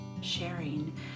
Sharing